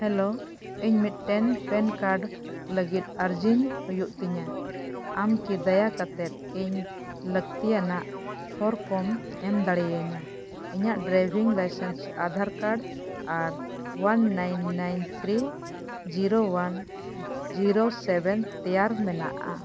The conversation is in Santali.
ᱦᱮᱞᱳ ᱤᱧ ᱢᱤᱫᱴᱮᱱ ᱯᱮᱱ ᱠᱟᱨᱰ ᱞᱟᱹᱜᱤᱫ ᱟᱨᱡᱤᱧ ᱦᱩᱭᱩᱜ ᱛᱤᱧᱟ ᱟᱢ ᱠᱤ ᱫᱟᱭᱟ ᱠᱟᱛᱮᱫ ᱤᱧ ᱞᱟᱹᱠᱛᱤᱭᱟᱱᱟᱜ ᱦᱚᱨ ᱠᱚᱢ ᱮᱢ ᱫᱟᱲᱮᱭᱟᱧᱟ ᱤᱧᱟᱹᱜ ᱰᱨᱟᱭᱵᱷᱤᱝ ᱞᱟᱭᱥᱮᱱᱥ ᱟᱫᱷᱟᱨ ᱠᱟᱨᱰ ᱟᱨ one nine nine three zero one zero seven ᱛᱮᱭᱟᱨ ᱢᱮᱱᱟᱜᱼᱟ